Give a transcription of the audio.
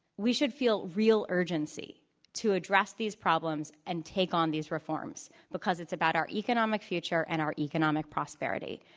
we should feel real urgency to address these problems and take on these reforms because it's about our economic future and our economic prosperity.